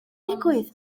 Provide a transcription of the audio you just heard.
digwydd